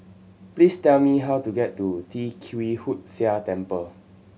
please tell me how to get to Tee Kwee Hood Sia Temple